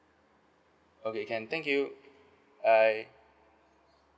okay can thank you bye